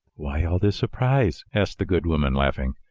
why all this surprise? asked the good woman, laughing.